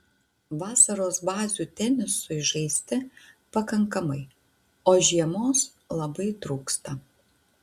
vasaros bazių tenisui žaisti pakankamai o žiemos labai trūksta